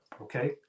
okay